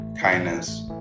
Kindness